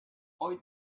ooit